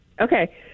Okay